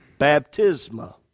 Baptisma